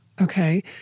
okay